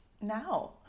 now